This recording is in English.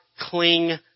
cling